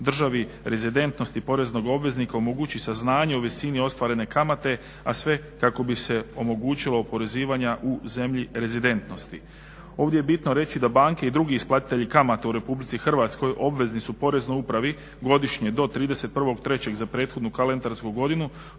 državi rezidentnosti poreznog obveznika omogući saznanje o visini ostvarene kamate, a sve kako bi se mogućilo oporezivanje u zemlji rezidentnosti. Ovdje je bitno reći da banke i drugi isplatitelji kamata u RH obvezni su Poreznoj upravi godišnje do 31.03. za prethodnu kalendarsku godinu